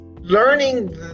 learning